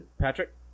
Patrick